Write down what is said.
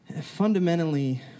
fundamentally